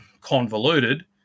convoluted